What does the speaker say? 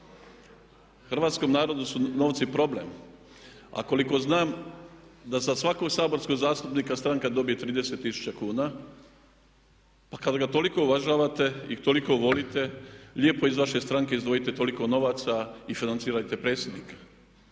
Hrvatskom narodu su novci problem. A koliko znam da za svakog saborskog zastupnika stranka dobije 30 tisuća kuna pa kad ga toliko uvažavate i toliko volite lijepo iz vaše stranke izdvojite toliko novaca i financirajte predsjednika.